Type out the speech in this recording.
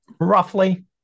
roughly